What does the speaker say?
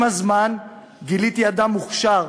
עם הזמן גיליתי אדם מוכשר,